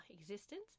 existence